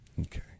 Okay